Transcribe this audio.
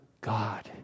God